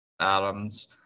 adams